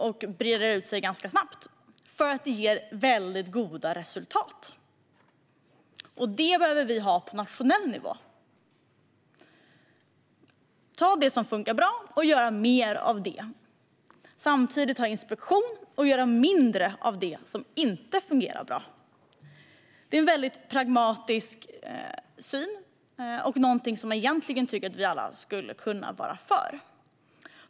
Det breder ut sig snabbt därför att det ger mycket goda resultat. Vi behöver ha mer av detta på nationell nivå - att man tar det som funkar bra och gör mer av det, samtidigt som man har inspektioner och gör mindre av det som inte fungerar bra. Detta är en mycket pragmatisk syn och något som jag tycker att vi alla egentligen skulle kunna vara för.